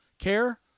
care